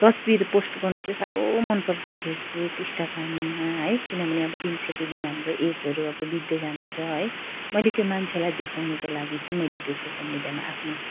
तस्बिर पोस्ट गर्नु चाहिँ साह्रो मनपर्छ फेसबुक इन्स्टाग्राममा है किनभने अब दिन प्रतिदिन हाम्रो एजहरू अब बित्दै जाँदैछ है मैले त्यो मान्छेलाई देखाउनु लागि चाहिँ मैले त्यो सोसल मिडियामा आफ्नो